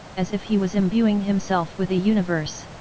as if he was imbuing himself with a universe.